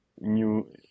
new